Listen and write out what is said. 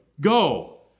Go